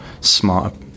smarter